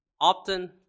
often